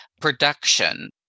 production